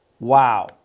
Wow